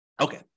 okay